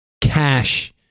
cash-